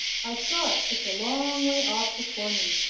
i saw it such a long way off before me,